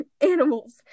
animals